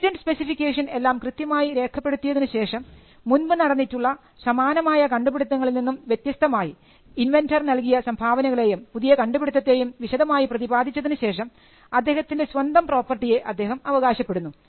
patent specification എല്ലാം കൃത്യമായി രേഖപ്പെടുത്തിയതിനു ശേഷം മുൻപു നടന്നിട്ടുള്ള സമാനമായ കണ്ടുപിടുത്തങ്ങളിൽ നിന്നും വ്യത്യസ്തമായി ഇൻവെന്റർ നൽകിയ സംഭാവനകളെയും പുതിയ കണ്ടുപിടുത്തത്തെയും വിശദമായി പ്രതിപാദിച്ചതിനു ശേഷം അദ്ദേഹത്തിൻറെ സ്വന്തം പ്രോപ്പർട്ടിയെ അദ്ദേഹം അവകാശപ്പെടുന്നു